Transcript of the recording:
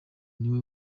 niwe